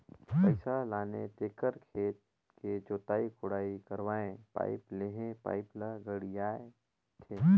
पइसा लाने तेखर खेत के जोताई कोड़ाई करवायें पाइप लेहे पाइप ल गड़ियाथे